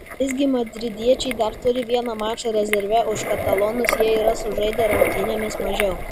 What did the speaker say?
visgi madridiečiai dar turi vieną mačą rezerve už katalonus jie yra sužaidę rungtynėmis mažiau